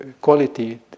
quality